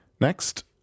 Next